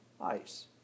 ice